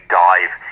dive